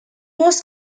was